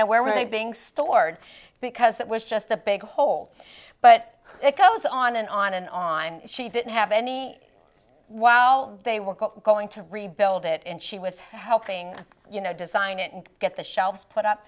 know where were they being stored because it was just a big hole but it goes on and on and on she didn't have any wow they were going to rebuild it and she was helping you know design it and get the shelves put up